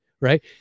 right